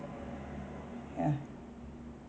ya